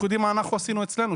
אנחנו יודעים מה אנחנו עשינו אצלנו,